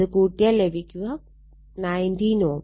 അത് കൂട്ടിയാൽ ലഭിക്കുക 19 Ω